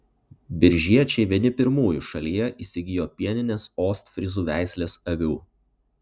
biržiečiai vieni pirmųjų šalyje įsigijo pieninės ostfryzų veislės avių